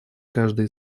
каждая